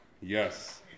Yes